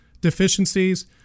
deficiencies